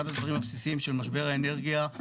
אחד הדברים הבסיסיים של משבר האנרגיה,